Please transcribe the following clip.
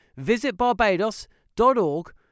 visitbarbados.org